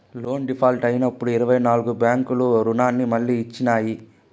loan default అయినప్పుడు ఇరవై నాల్గు బ్యాంకులు రుణాన్ని మళ్లీ ఇచ్చినాయి